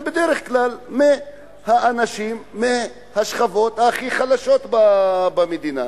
בדרך כלל אלה אנשים מהשכבות הכי חלשות במדינה.